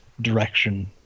direction